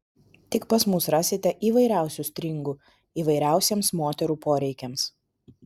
tik pas mus rasite įvairiausių stringų įvairiausiems moterų poreikiams